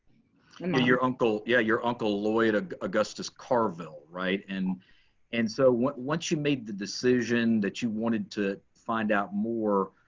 um uncle. yeah, your uncle lloyd ah augustus carville, right? and and so, once once you made the decision that you wanted to find out more,